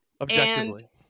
objectively